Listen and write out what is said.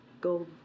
go